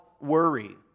worry